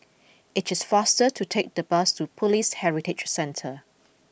it is faster to take the bus to Police Heritage Centre